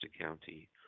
County